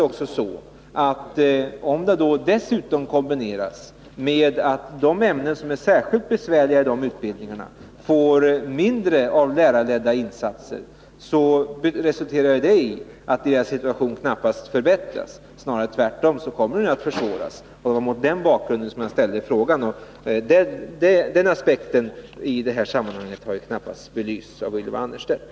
Men om denna orsak dessutom kombineras med att de ämnen som är särskilt besvärliga i de utbildningar de väljer får mindre av lärarledda insatser, resulterar det i att elevernas situation försämras. Den kommer att försvåras, och det var mot den bakgrunden som jag ställde frågan. Den aspekten i det här sammanhanget har knappast belysts av Ylva Annerstedt.